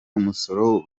umusoro